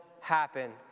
Happen